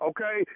Okay